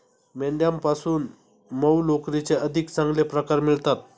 मेंढ्यांपासून मऊ लोकरीचे अधिक चांगले प्रकार मिळतात